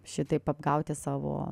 šitaip apgauti savo